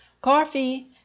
coffee